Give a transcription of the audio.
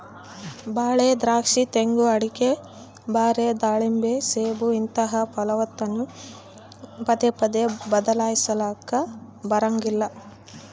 ಬಾಳೆ, ದ್ರಾಕ್ಷಿ, ತೆಂಗು, ಅಡಿಕೆ, ಬಾರೆ, ದಾಳಿಂಬೆ, ಸೇಬು ಇಂತಹ ಫಸಲನ್ನು ಪದೇ ಪದೇ ಬದ್ಲಾಯಿಸಲಾಕ ಬರಂಗಿಲ್ಲ